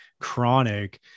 chronic